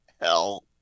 hell